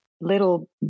little